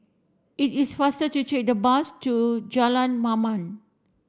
it is faster to take the bus to Jalan Mamam